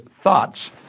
thoughts